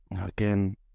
again